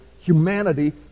humanity